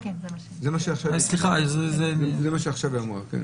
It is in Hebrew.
זה מה שעכשיו היא אמרה.